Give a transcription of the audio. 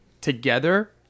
together